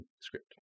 script